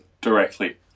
directly